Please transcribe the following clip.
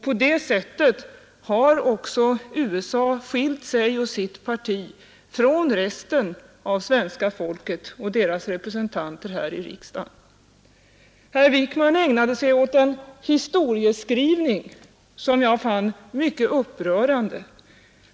På det sättet har också USA skilt sig och sitt parti från resten av svenska folket och dess representanter här i riksdagen. Herr Wijkman ägnade sig åt en historieskrivning som jag fann mycket upprörande.